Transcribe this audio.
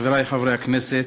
חברי חברי הכנסת,